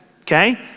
okay